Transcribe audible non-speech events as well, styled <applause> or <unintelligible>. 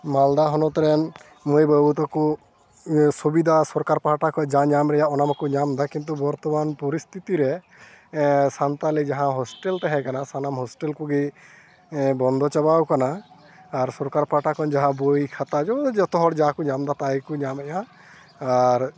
ᱢᱟᱞᱫᱟ ᱦᱚᱱᱚᱛᱨᱮᱱ ᱢᱟᱹᱭᱼᱵᱟᱹᱵᱩᱛᱟᱠᱚ ᱤᱭᱟᱹ ᱥᱩᱵᱤᱫᱷᱟ ᱥᱚᱨᱠᱟᱨ ᱯᱟᱦᱴᱟ ᱠᱷᱚᱱ ᱡᱟ ᱧᱟᱢ ᱨᱮᱭᱟᱜ ᱚᱱᱟᱢᱟᱠᱚ ᱧᱟᱢᱮᱫᱟ ᱠᱤᱱᱛᱩ ᱵᱚᱨᱛᱚᱢᱟᱱ ᱯᱚᱨᱤᱥᱛᱷᱤᱛᱤᱨᱮ ᱥᱟᱱᱛᱟᱲᱤ ᱡᱟᱦᱟᱸ ᱦᱳᱥᱴᱮᱞ ᱛᱮᱦᱮᱸᱠᱟᱱᱟ ᱥᱟᱱᱟᱢ ᱦᱳᱥᱴᱮᱞᱠᱚᱜᱮ ᱵᱚᱱᱫᱚ ᱪᱟᱵᱟᱣ ᱠᱟᱱᱟ ᱟᱨ ᱥᱚᱨᱠᱟᱨ ᱯᱟᱦᱴᱟ ᱠᱷᱚᱱ ᱡᱟᱦᱟᱸ ᱵᱳᱭ ᱠᱷᱟᱛᱟ <unintelligible> ᱡᱚᱛᱚᱦᱚᱲ ᱡᱟᱠᱚ ᱧᱟᱢᱮᱫᱟ ᱛᱟᱭᱠᱚ ᱧᱟᱢᱮᱫᱟ ᱟᱨ